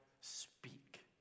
Speak